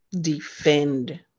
defend